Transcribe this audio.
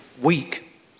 weak